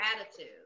attitude